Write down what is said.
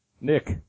Nick